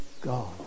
God